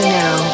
now